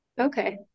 Okay